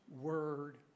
word